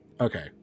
okay